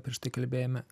prieš tai kalbėjome